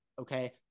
okay